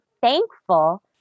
thankful